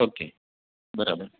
okay બરાબર